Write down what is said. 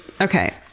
okay